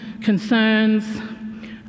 concerns